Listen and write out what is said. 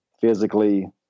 physically